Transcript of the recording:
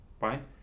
right